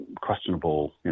questionable